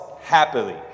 happily